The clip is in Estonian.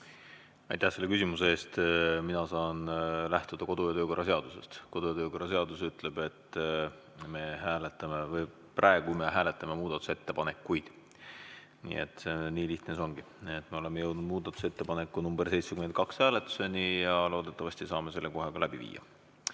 Aitäh selle küsimuse eest! Mina saan lähtuda kodu- ja töökorra seadusest. Kodu- ja töökorra seadus ütleb, et praegu me hääletame muudatusettepanekuid, nii lihtne see ongi. Me oleme jõudnud muudatusettepaneku nr 72 hääletamiseni ja loodetavasti saame selle kohe ka läbi viia.